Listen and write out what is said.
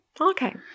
Okay